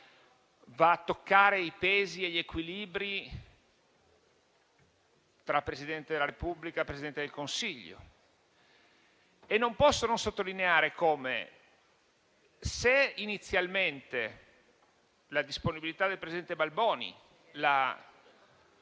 Va a toccare i pesi e gli equilibri tra Presidente della Repubblica e Presidente del Consiglio. Non posso non sottolineare come, se inizialmente la disponibilità del presidente Balboni e